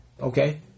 okay